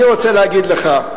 אני רוצה להגיד לך.